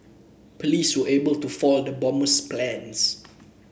police were able to foil the bomber's plans